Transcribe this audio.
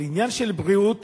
אבל עניין של בריאות,